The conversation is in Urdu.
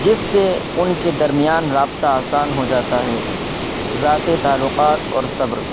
جس سے ان کے درمیان رابطہ آسان ہو جاتا ہے ذاتی تعلقات اور صبر